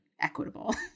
equitable